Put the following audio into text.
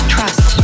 Trust